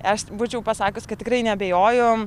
aš būčiau pasakius kad tikrai neabejoju